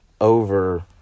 over